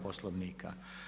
Poslovnika.